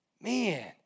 Man